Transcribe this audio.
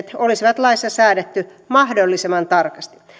olisi laissa säädetty mahdollisimman tarkasti